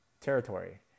territory